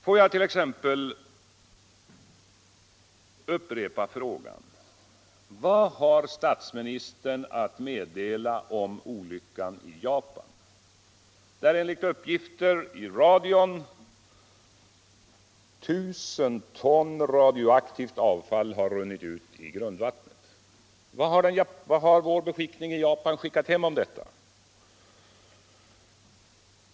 Får jag t.ex. upprepa frågan: Vad har statsministern att meddela om olyckan i Japan där enligt uppgift i radion 1 000 ton radioaktivt avfall har runnit ut i grundvattnet? Vad har vår beskickning i Japan skickat hem om detta?